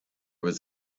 was